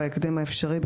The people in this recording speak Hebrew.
בהקדם האפשרי,